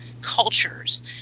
cultures